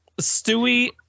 Stewie